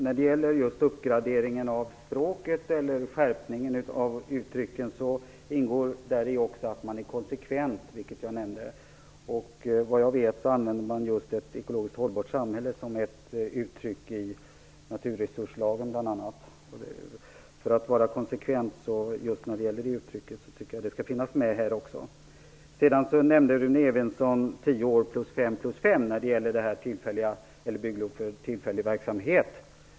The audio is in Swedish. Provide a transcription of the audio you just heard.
Fru talman! I uppgraderingen av språket och skärpningen av uttrycken ingår också att man är konsekvent, vilket jag nämnde. Såvitt jag vet använder man uttrycket "ett ekologiskt hållbart samhälle" i bl.a. naturresurslagen. För att vara konsekvent tycker jag att det skall finnas med här också. Rune Evensson talade om tio år plus fem plus fem när det gäller bygglov för tillfällig verksamhet.